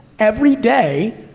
every day,